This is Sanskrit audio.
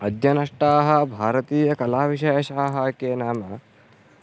अद्यनष्टाः भारतीयकलाविशेषाः के नाम